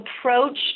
approach